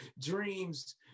dreams